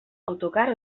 autocar